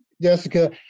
Jessica